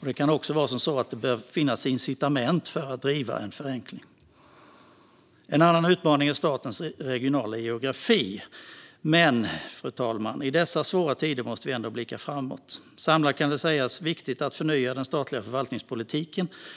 Det kan också behöva finnas incitament för att driva en förenkling. En annan utmaning är statens regionala geografi. Men, fru talman, i dessa svåra tider måste vi ändå blicka framåt. Samlat kan sägas att det är viktigt att förnya den statliga förvaltningspolitiken.